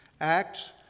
Acts